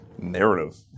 Narrative